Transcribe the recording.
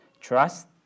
Trust